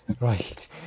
right